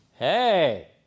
hey